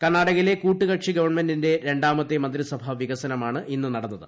കർണാടകയിലെ കൂട്ടുകക്ഷി ഗവൺമെന്റിന്റെ രണ്ടാമത്തെ മന്ത്രിസഭാ വികസനമാണ് ഇന്ന് നടന്നത്